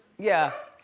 yeah,